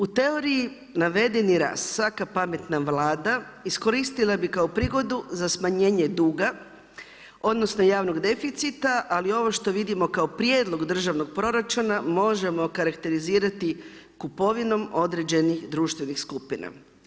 U teoriji navedeni rast, svaka pametna Vlada iskoristila bi kao prigodu za smanjenje duga, odnosno, javnog deficita, ali ovo što vidimo kao prijedlog državnog proračuna, možemo okarakterizirati, kupovinom određenih društvenih skupina.